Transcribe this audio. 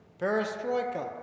perestroika